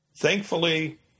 thankfully